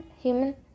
human